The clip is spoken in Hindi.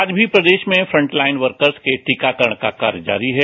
आज भी प्रदेश में फ्रंट लाइन वर्कर्स के टीकाकरण का कार्य जारी है